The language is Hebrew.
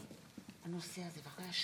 גברתי תאפס את השעון?